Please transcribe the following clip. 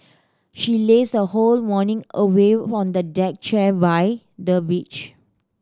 she lazed her whole morning away who on the deck chair by the beach